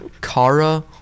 Kara